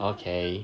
okay